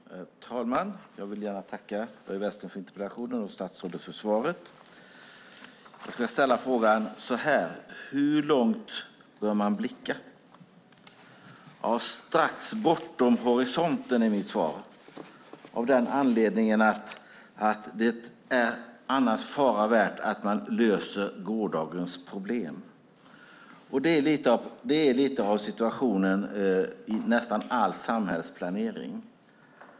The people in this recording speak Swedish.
Herr talman! Jag vill gärna tacka Börje Vestlund för interpellationen och statsrådet för svaret. Låt mig ställa frågan: Hur långt bör man blicka? Strax bortom horisonten, är mitt svar. Anledningen är att det annars är fara värt att man löser gårdagens problem. Det är lite av situationen i nästan all samhällsplanering.